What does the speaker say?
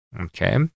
Okay